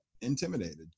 intimidated